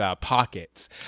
pockets